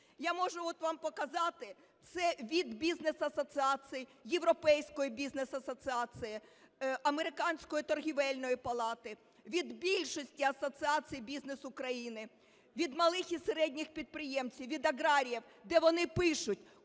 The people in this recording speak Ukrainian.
Я можу вам показати, це від бізнес-асоціацій, Європейської Бізнес Асоціації, Американської торгівельної палати, від більшості асоціацій бізнесу України, від малих і середніх підприємців, від аграріїв, де вони пишуть: